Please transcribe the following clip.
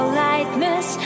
lightness